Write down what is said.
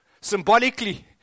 Symbolically